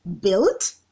built